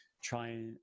Try